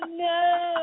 no